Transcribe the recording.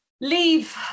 leave